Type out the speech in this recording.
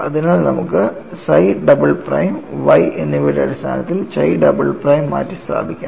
അതിനാൽ നമുക്ക് psi double prime Y എന്നിവയുടെ അടിസ്ഥാനത്തിൽ chi ഡബിൾ പ്രൈം മാറ്റിസ്ഥാപിക്കാം